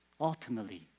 ultimately